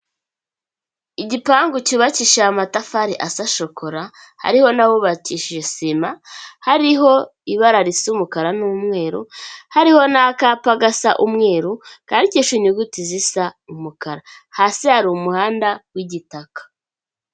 Igipangu cyubakishije amatafari asa shokora hariho n'ahubakishije sima, hariho ibara risa umukara n'umweru, hariho n'akapa gasa umweru kandikishije inyuguti zisa, umukara hasi hari umuhanda w'igitaka.